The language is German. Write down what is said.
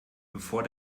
bevor